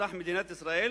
אזרח מדינת ישראל